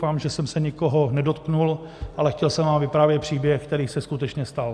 Doufám, že jsem se nikoho nedotknul, ale chtěl jsem vám vyprávět příběh, který se skutečně stal.